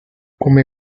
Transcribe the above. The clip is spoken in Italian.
come